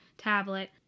tablet